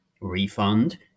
refund